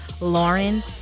lauren